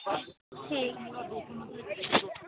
ठीक